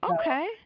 okay